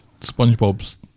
SpongeBob's